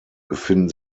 befinden